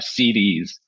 CDs